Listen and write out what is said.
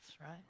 right